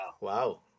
Wow